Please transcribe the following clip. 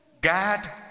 God